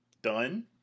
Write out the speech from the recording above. done